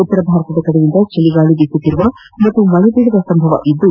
ಉತ್ತರ ಭಾರತದ ಕಡೆಯಿಂದ ಚಳಗಾಳ ಬೀಸುವ ಹಾಗೂ ಮಳೆ ಬೀಳುವ ಸಂಭವವಿದ್ದು